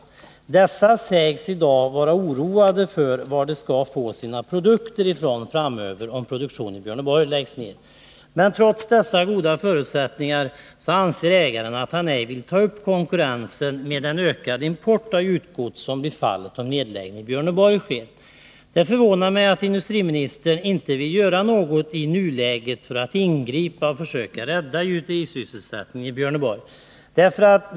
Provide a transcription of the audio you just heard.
Dessa industrier sägs i dag vara oroade för var de framöver skall få sina produkter ifrån, om produktionen i Björneborg läggs ner. Men trots dessa goda förutsättningar anser ägaren att han ej vill ta upp konkurrensen med den ökande import av gjutgods som blir följden, om nedläggningen i Björneborg Det förvånar mig att industriministern i nuläget inte vill göra något för att försöka rädda gjuterisysselsättningen i Björneborg.